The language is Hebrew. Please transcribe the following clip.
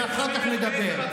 ואחר כך נדבר.